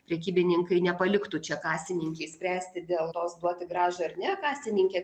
prekybininkai nepaliktų čia kasininkei spręsti dėl tos duoti grąžą ar ne kasininkė